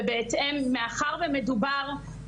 לא קיבלנו תקציב בכלל.